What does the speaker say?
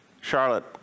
Charlotte